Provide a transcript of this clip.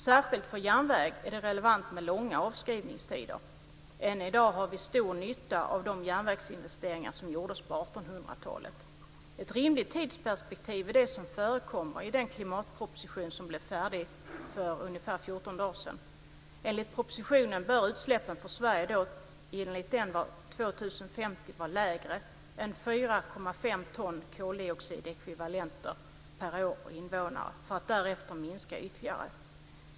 Särskilt för järnväg är det relevant med långa avskrivningstider. Än i dag ha vi stor nytta av de järnvägsinvesteringar som gjordes på 1800-talet. Ett rimligt tidsperspektiv är det som förekommer i den klimatproposition som blev färdig för ungefär 14 dagar sedan. Enligt propositionen bör utsläppen för Sverige år 2050 vara lägre än 4,5 ton koldioxidekvivalenter per år och invånare för att därefter minska ytterligare.